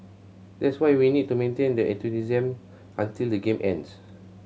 that's why we need to maintain that enthusiasm until the game ends